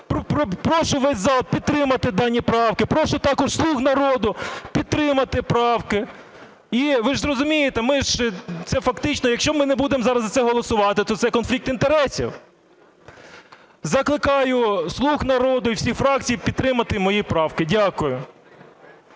Прошу весь зал підтримати дані правки. Прошу також "слуг народу" підтримати правки. І, ви ж розумієте, ми ж це фактично якщо ми не будемо зараз за це голосувати, то це конфлікт інтересів. Закликаю "слуг народу" і всі фракції підтримати мої правки. Дякую.